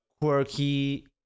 quirky